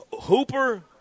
Hooper